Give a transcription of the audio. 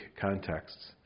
contexts